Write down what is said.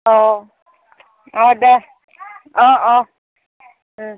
অ' অ' দা অ' অ'